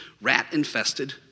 rat-infested